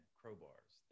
crowbars